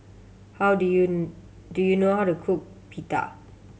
how do you do you know how to cook Pita